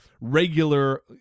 regular